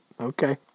Okay